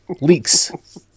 leaks